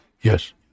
Yes